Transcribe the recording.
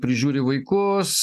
prižiūri vaikus